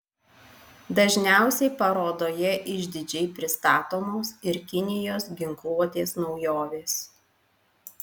dažniausiai parodoje išdidžiai pristatomos ir kinijos ginkluotės naujovės